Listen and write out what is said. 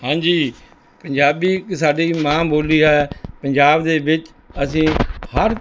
ਹਾਂਜੀ ਪੰਜਾਬੀ ਇੱਕ ਸਾਡੀ ਮਾਂ ਬੋਲੀ ਹੈ ਪੰਜਾਬ ਦੇ ਵਿੱਚ ਅਸੀਂ ਹਰ